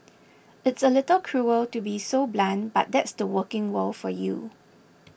it's a little cruel to be so blunt but that's the working world for you